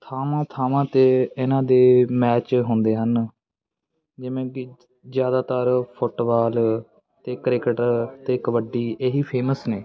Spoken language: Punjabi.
ਥਾਵਾਂ ਥਾਵਾਂ 'ਤੇ ਇਹਨਾਂ ਦੇ ਮੈਚ ਹੁੰਦੇ ਹਨ ਜਿਵੇਂ ਕਿ ਜ਼ਿਆਦਾਤਰ ਫੁੱਟਬਾਲ ਅਤੇ ਕ੍ਰਿਕਟ ਅਤੇ ਕਬੱਡੀ ਇਹੀ ਫੇਮਸ ਨੇ